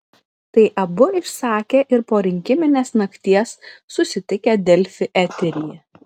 tai abu išsakė ir po rinkiminės nakties susitikę delfi eteryje